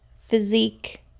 physique